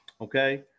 okay